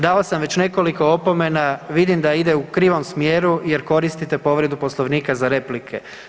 Davao sam već nekoliko opomena, vidim da ide u krivom smjeru jer koristite povredu Poslovnika za replike.